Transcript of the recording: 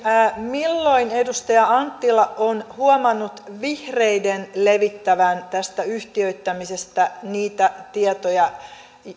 milloin edustaja anttila on huomannut vihreiden levittävän tästä yhtiöittämisestä niitä tietoja